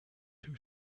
too